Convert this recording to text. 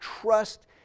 trust